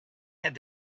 had